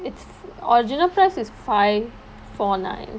its original price is five four nine